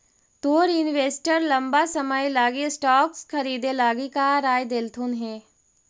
तोर इन्वेस्टर लंबा समय लागी स्टॉक्स खरीदे लागी का राय देलथुन हे?